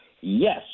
Yes